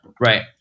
Right